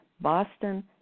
Boston